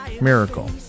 Miracle